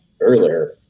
earlier